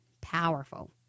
powerful